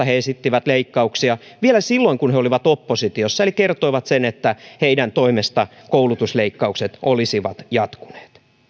he esittivät leikkauksia vielä silloin kun he olivat oppositiossa eli kertoivat sen että heidän toimestaan koulutusleikkaukset olisivat jatkuneet